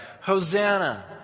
Hosanna